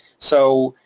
so,